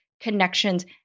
connections